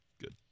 good